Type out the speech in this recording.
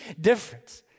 difference